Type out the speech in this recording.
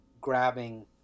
grabbing